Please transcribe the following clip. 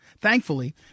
Thankfully